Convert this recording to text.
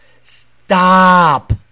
Stop